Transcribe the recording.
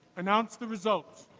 announce the results.